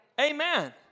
Amen